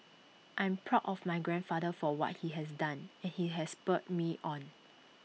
I'm proud of my grandfather for what he has done and IT has spurred me on